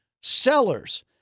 sellers